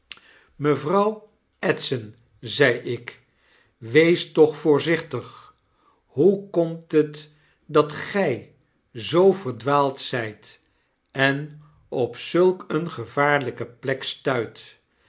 mevrouw edson zei ik wees toch voorzichtig hoe komt het dat gij zoo verdwaald zijt en op zulk eene gevaarlpeplekstuit